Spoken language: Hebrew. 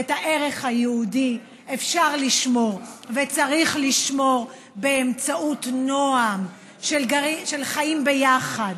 ואת הערך היהודי אפשר לשמור וצריך לשמור באמצעות נועם של חיים ביחד,